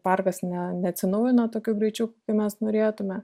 parkas ne neatsinaujina tokiu greičiu kaip mes norėtume